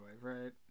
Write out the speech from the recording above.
right